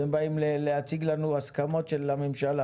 אתם באים להציג לנו הסכמות של הממשלה.